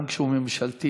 גם כשהוא ממשלתי,